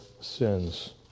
sins